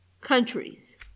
countries